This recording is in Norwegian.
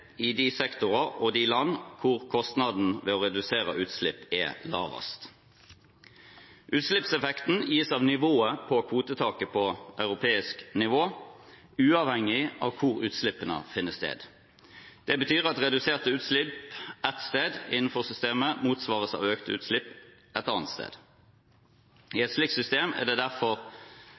i de sektorer og de land hvor kostnadene ved å redusere utslipp er lavest. Utslippseffekten gis av nivået på kvotetaket på europeisk nivå, uavhengig av hvor utslippene finner sted. Det betyr at reduserte utslipp ett sted innenfor systemet motsvares av økte utslipp et annet sted. I et slikt system er derfor